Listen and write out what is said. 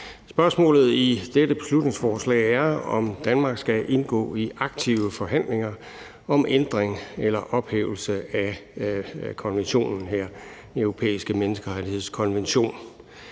Spørgsmålet i dette beslutningsforslag er, om Danmark skal indgå i aktive forhandlinger om ændring eller ophævelse af konventionen her, Den Europæiske Menneskerettighedskonvention.